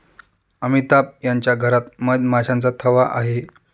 अमिताभ यांच्या घरात मधमाशांचा थवा आहे